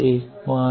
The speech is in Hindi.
2